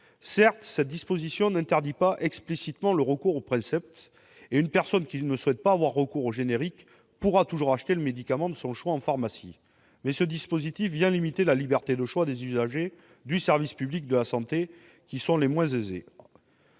Certes, cette disposition n'interdit pas explicitement le recours aux médicaments princeps, et une personne qui ne souhaite pas avoir recours aux génériques pourra toujours acheter le médicament de son choix en pharmacie. Mais ce dispositif vient limiter la liberté de choix des usagers du service public de la santé les moins aisés.